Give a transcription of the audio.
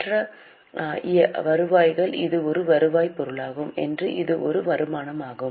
மற்ற இயக்க வருவாய்கள் இது ஒரு வருவாய் பொருளாகும் எனவே இது ஒரு வருமானமாகும்